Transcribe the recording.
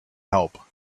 help